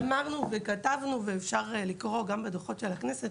אמרנו וכתבנו, ואפשר לקרוא גם בדוחות של הכנסת